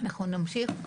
אנחנו נמשיך.